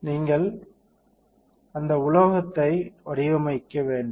நீங்கள் அந்த உலோகத்தை வடிவமைக்க வேண்டும்